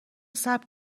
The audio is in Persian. صبر